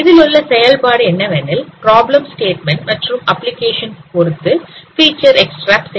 இதிலுள்ள செயல்பாடு என்னவெனில் பிராப்ளம் ஸ்டேட்மெண்ட் மற்றும் அப்ளிகேஷன் பொருத்து ஃபிச்சர் எக்ஸ்டிரேக்ட்